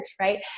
right